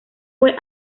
fue